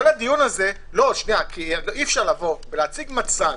אי-אפשר להציג מצב